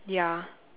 ya